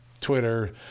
Twitter